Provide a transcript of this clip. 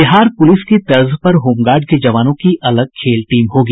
Bihar police की तर्ज पर होमगार्ड के जवानों की अलग खेल टीम होगी